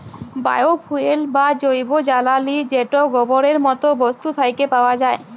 bio fuel বা জৈব জ্বালালী যেট গোবরের মত বস্তু থ্যাকে পাউয়া যায়